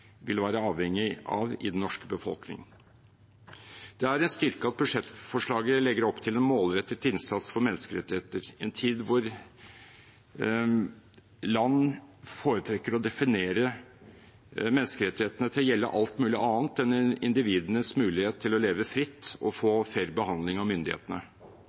vil være avhengig av i den norske befolkningen. Det er en styrke at budsjettforslaget legger opp til en målrettet innsats for menneskerettigheter i en tid da land foretrekker å definere menneskerettighetene til å gjelde alt mulig annet enn individenes mulighet til å leve fritt og få fair behandling av myndighetene.